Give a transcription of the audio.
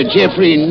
Jeffrey